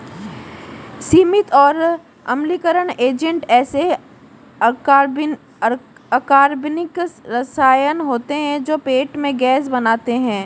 सीमित और अम्लीकरण एजेंट ऐसे अकार्बनिक रसायन होते हैं जो पेट में गैस बनाते हैं